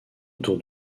autour